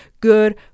good